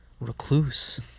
recluse